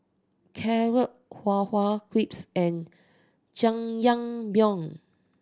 Carrot Halwa Crepes and Jajangmyeon